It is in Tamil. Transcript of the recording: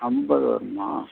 ஐம்பது வருமா